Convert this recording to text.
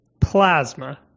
Plasma